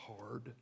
hard